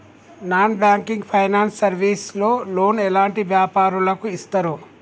Non banking finance service లో loan ఎలాంటి వ్యాపారులకు ఇస్తరు?